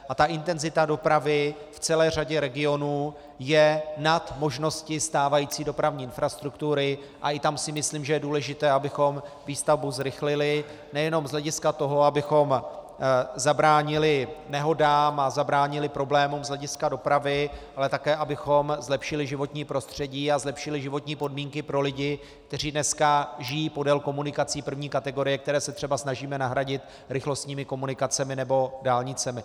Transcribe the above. A ta intenzita dopravy v celé řadě regionů je nad možnosti stávající dopravní infrastruktury a i tam si myslím, že je důležité, abychom výstavbu zrychlili nejenom z hlediska toho, abychom zabránili nehodám a zabránili problémům z hlediska dopravy, ale také abychom zlepšili životní prostředí a zlepšili životní podmínky pro lidi, kteří dneska žijí podél komunikací první kategorie, které se třeba snažíme nahradit rychlostními komunikacemi nebo dálnicemi.